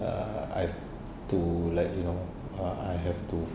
err I have to like you know I have to